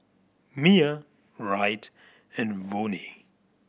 Miah Wright and Vonnie